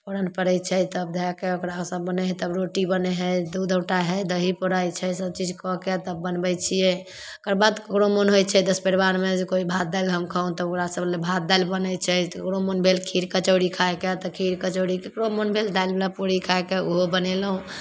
फोरन पड़ै छै तब धैके ओकरा सब बनै हइ तब रोटी बनै हइ दूध औँटाइ हइ दही पौराइ छै सबचीज कऽके तब बनबै छिए ओकर बाद ककरो मोन होइ छै दस परिवारमे जे भात दालि हम खाउ तऽ ओकरा सबलए भात दालि बनै छै ककरो मोन भेल खीर कचौड़ी खाइके तऽ खीर कचौड़ी ककरो मोन भेल दालिवला पूड़ी खाइके ओहो बनेलहुँ